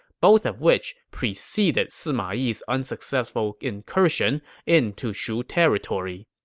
both of which preceded sima yi's unsuccessful incursion into shu territory.